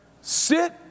sit